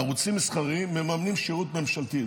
ערוצים מסחריים מממנים שירות ממשלתי.